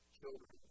children